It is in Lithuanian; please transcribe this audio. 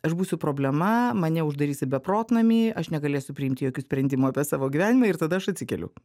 aš būsiu problema mane uždarys į beprotnamį aš negalėsiu priimti jokių sprendimų apie savo gyvenimą ir tada aš atsikeliu